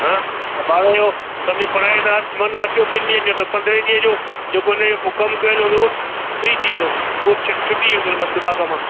हा ऐं ॿार जो सम्झि पढ़ाई तां मनु हटियो ॿिनि ॾींहनि जो त पंदरहें ॾींहं जो जेको हुनजो पोइ कमु कयलु हूंदो उहो बि फ़्री थी वेंदो उहो बि छाहे छुटी वेंदो माना दिमाग़ मां